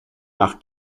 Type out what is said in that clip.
nach